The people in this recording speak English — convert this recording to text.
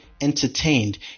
entertained